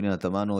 פנינה תמנו,